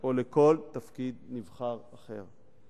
או לכל תפקיד נבחר אחר.